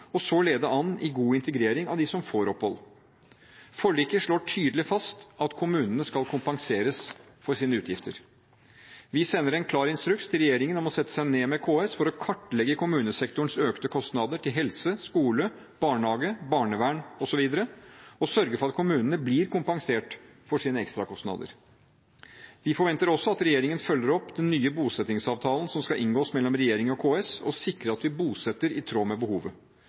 og så lede an i god integrering av dem som får opphold. Forliket slår tydelig fast at kommunene skal kompenseres for sine utgifter. Vi sender en klar instruks til regjeringen om å sette seg ned med KS for å kartlegge kommunesektorens økte kostnader for helse, skole, barnehage, barnevern osv. og sørge for at kommunene blir kompensert for sine ekstrakostnader. Vi forventer også at regjeringen følger opp den nye bosettingsavtalen som skal inngås mellom regjeringen og KS, og sikre at vi bosetter i tråd med behovet.